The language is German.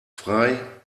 frei